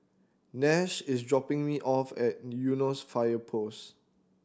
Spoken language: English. Nash is dropping me off at Eunos Fire Post